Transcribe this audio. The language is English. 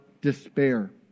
despair